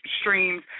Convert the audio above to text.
streams